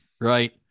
Right